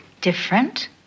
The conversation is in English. Different